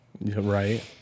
Right